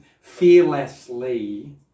fearlessly